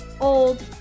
old